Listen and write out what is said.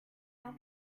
what